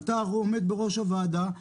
אתה עומד בראש הוועדה.